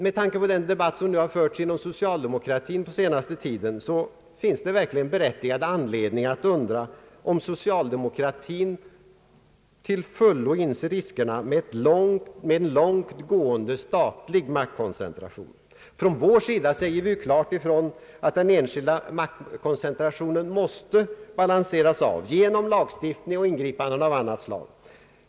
Med tanke på den debatt som förts inom socialdemokratin den senaste tiden finns det verkligen berättigad anledning att undra om socialdemokratin till fullo inser riskerna med en långt gående statlig maktkoncentration. Från vår sida säger vi klart ifrån att den enskilda maktkoncentrationen måste balanseras genom lagstiftning och ingripanden av annat slag.